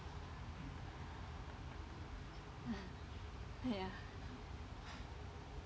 mm ya